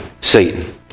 Satan